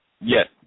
Yes